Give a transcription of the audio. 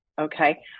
Okay